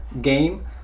game